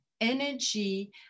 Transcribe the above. energy